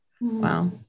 Wow